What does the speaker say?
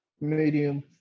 medium